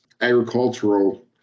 agricultural